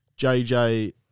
JJ